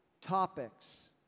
topics